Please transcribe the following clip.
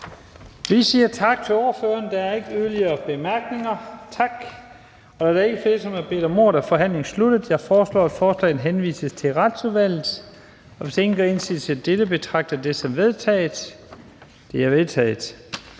Vi siger tak til ordføreren. Der er ikke yderligere korte bemærkninger. Tak. Da der ikke er flere, som har bedt om ordet, er forhandlingen sluttet. Jeg foreslår, at forslaget til folketingsbeslutning henvises til Retsudvalget. Hvis ingen gør indsigelse mod dette, betragter jeg det som vedtaget. Det er vedtaget.